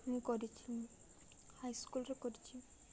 ମୁଁ କରିଛିି ହାଇସ୍କୁଲ୍ରେ କରିଛି